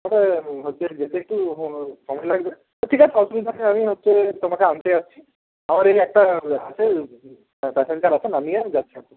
কথাটা হচ্ছে যেতে একটু সময় লাগবে তো ঠিক আছে অসুবিধা নেই আমি হচ্ছে তোমাকে আনতে যাচ্ছি আমার এই একটা আছে প্যাসেঞ্জার আছে নামিয়ে আমি যাচ্ছি আনতে